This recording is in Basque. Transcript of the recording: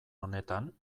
honetan